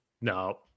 No